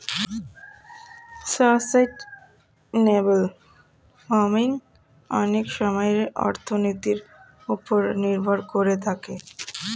sustainable farming অনেক সময়ে অর্থনীতির ওপর নির্ভর করে থাকে